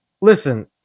Listen